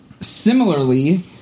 similarly